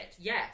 yes